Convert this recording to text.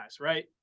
right